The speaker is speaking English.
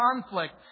conflict